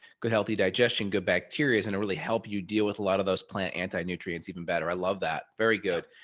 good healthy digestion, good bacteria and really help you deal with a lot of those plant anti nutrients even better. i love that very good.